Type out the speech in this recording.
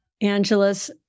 Angela's